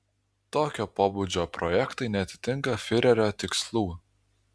tokio pobūdžio projektai neatitinka fiurerio tikslų